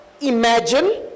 imagine